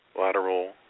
lateral